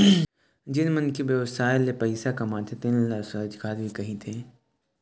जेन मनखे ह बेवसाय ले पइसा कमाथे तेन ल स्वरोजगार भी कहिथें